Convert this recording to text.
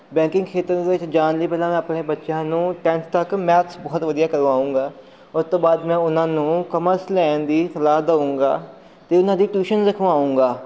banking ਖੇਤਰ ਦੇ ਵਿੱਚ ਜਾਣ ਲਈ ਪਹਿਲਾਂ ਮੈਂ ਆਪਣੇ ਬੱਚਿਆਂ ਨੂੰ ਟੈਂਨਥ ਤੱਕ ਮੈਥਸ ਬਹੁਤ ਵਧੀਆ ਕਰਵਾਉਂਗਾ ਉਸ ਤੋਂ ਬਾਅਦ ਮੈਂ ਉਹਨਾਂ ਨੂੰ ਕਮਰਸ ਲੈਣ ਦੀ ਸਲਾਹ ਦਊਂਗਾ ਅਤੇ ਉਹਨਾਂ ਦੀ ਟਿਊਸ਼ਨ ਰਖਵਾਉਂਗਾ